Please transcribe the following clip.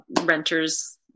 renters